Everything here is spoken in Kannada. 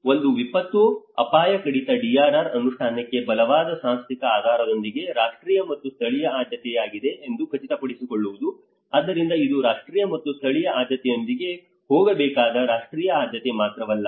ಒಂದು ವಿಪತ್ತು ಅಪಾಯ ಕಡಿತ DRR ಅನುಷ್ಠಾನಕ್ಕೆ ಬಲವಾದ ಸಾಂಸ್ಥಿಕ ಆಧಾರದೊಂದಿಗೆ ರಾಷ್ಟ್ರೀಯ ಮತ್ತು ಸ್ಥಳೀಯ ಆದ್ಯತೆಯಾಗಿದೆ ಎಂದು ಖಚಿತಪಡಿಸಿಕೊಳ್ಳುವುದು ಆದ್ದರಿಂದ ಇದು ರಾಷ್ಟ್ರೀಯ ಮತ್ತು ಸ್ಥಳೀಯ ಆದ್ಯತೆಯೊಂದಿಗೆ ಹೋಗಬೇಕಾದ ರಾಷ್ಟ್ರೀಯ ಆದ್ಯತೆ ಮಾತ್ರವಲ್ಲ